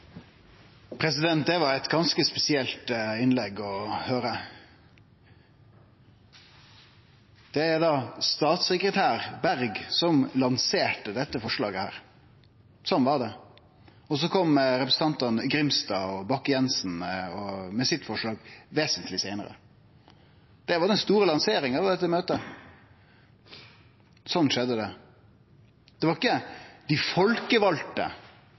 Det var eit ganske spesielt innlegg å høyre. Det er statssekretær Berg som lanserte dette forslaget. Sånn var det. Så kom representantane Grimstad og Bakke-Jensen med sitt forslag vesentleg seinare. Det var den store lanseringa. Eg var i det møtet. Sånn skjedde det. Det var ikkje dei folkevalde